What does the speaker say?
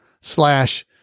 slash